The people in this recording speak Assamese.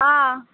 অঁ